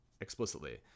explicitly